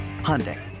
Hyundai